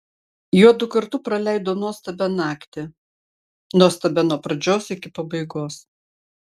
juodu kartu praleido nuostabią naktį nuostabią nuo pradžios iki pabaigos